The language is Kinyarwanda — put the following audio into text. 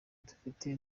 dufite